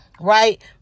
right